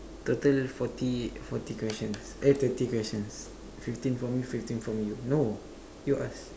total forty forty questions eh thirty questions fifteen from me fifteen from you no you ask